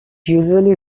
usually